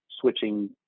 switching